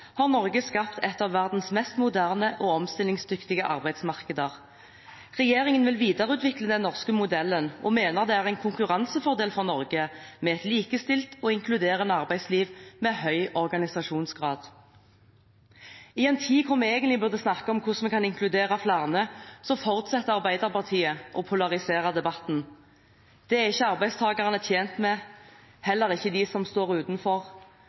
har Norge skapt et av verdens mest moderne og omstillingsdyktige arbeidsmarkeder. Regjeringen vil videreutvikle den norske modellen og mener det er en konkurransefordel for Norge med et likestilt og inkluderende arbeidsliv med høy organisasjonsgrad.» I en tid da vi egentlig burde snakke mer om hvordan vi kan inkludere flere, fortsetter Arbeiderpartiet å polarisere debatten. Det er ikke arbeidstakerne tjent med, heller ikke de som står utenfor.